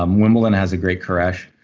um wimbledon has a great koresh,